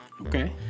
Okay